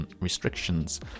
restrictions